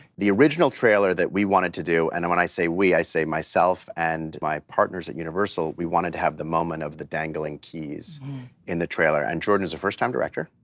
the original trailer that we wanted to do, and when i say we, i say myself and my partners at universal, we wanted to have the moment of the dangling keys in the trailer. and jordan is a first time director,